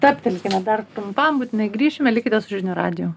stabtelkime dar trumpam būtinai grįšime likite su žinių radiju